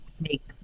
make